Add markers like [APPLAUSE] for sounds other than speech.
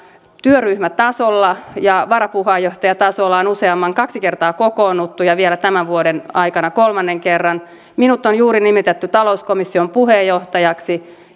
työryhmätasolla ja varapuheenjohtajatasolla on kaksi kertaa kokoonnuttu ja vielä tämän vuoden aikana kokoonnutaan kolmannen kerran minut on juuri nimitetty talouskomission puheenjohtajaksi [UNINTELLIGIBLE]